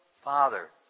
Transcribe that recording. Father